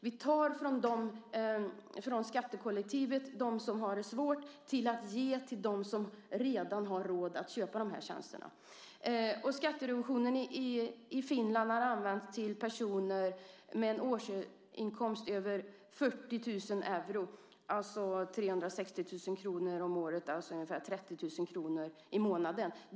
Vi tar från skattekollektivet, från dem som har det svårt, till att ge till dem som redan har råd att köpa de här tjänsterna. Skattereduktionen i Finland har använts till personer med en årsinkomst över 40 000 euro, alltså 360 000 kr, ungefär 30 000 kr i månaden.